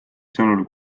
sõnul